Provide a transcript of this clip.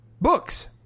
books